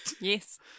Yes